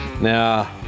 Now